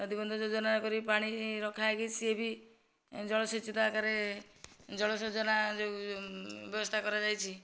ନଦୀବନ୍ଧ ଯୋଜନା କରିକି ପାଣି ରଖା ହୋଇକି ସିଏ ବି ଜଳସେଚିତ ଆକାରରେ ଜଳସେଚନ ଯେଉଁ ବ୍ୟବସ୍ଥା କରାଯାଇଛି